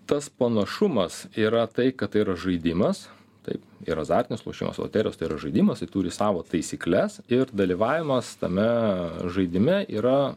tas panašumas yra tai kad tai yra žaidimas taip ir azartinis lošimas loterijos žaidimas turi savo taisykles ir dalyvavimas tame žaidime yra